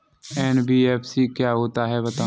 NBFC क्या होता है बताएँ?